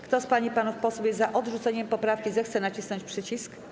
Kto z pań i panów posłów jest za odrzuceniem poprawki, zechce nacisnąć przycisk.